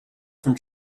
from